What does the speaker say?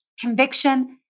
conviction